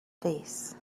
face